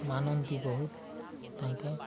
ମାନନ୍ତି ବହୁତ ତାଙ୍କେ